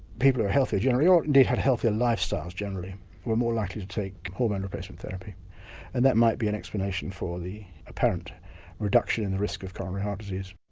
people who are healthier generally or indeed had healthier life styles generally were more likely to take hormone replacement therapy and that might be an explanation for the apparent reduction in the risk of coronary heart disease.